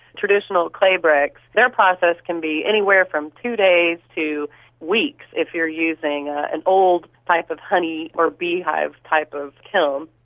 traditional clay bricks, their process can be anywhere from two days to weeks if you are using an old type of honey or beehive type of kill. um